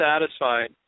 satisfied